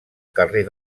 carrer